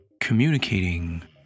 Communicating